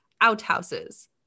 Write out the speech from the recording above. outhouses